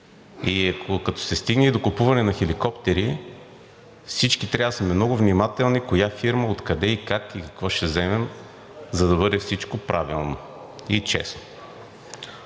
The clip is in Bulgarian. и като се стигне до купуване на хеликоптери, всички трябва да сме много внимателни коя фирма, откъде и как, и какво ще вземем, за да бъде всичко правилно и честно.